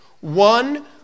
one